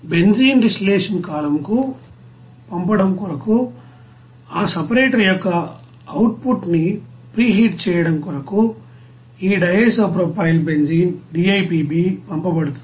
benzene distillation column కు పంపడం కొరకు ఆ సపరేటర్ యొక్క అవుట్ పుట్ ని ప్రీహీట్ చేయడం కొరకు ఈ DIPB పంపబడుతుంది